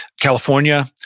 California